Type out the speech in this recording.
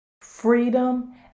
freedom